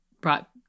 brought